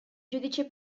giudice